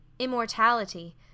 Immortality